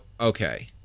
okay